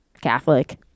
catholic